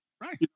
Right